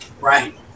Right